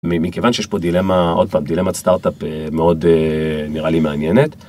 מכיוון שיש פה דילמה עוד פעם דילמה סטארט-אפ מאוד נראה לי מעניינת.